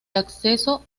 acceso